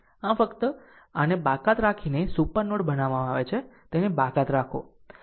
આમ ફક્ત આને બાકાત રાખીને સુપર નોડ બનાવવામાં આવે છે તેને બાકાત રાખો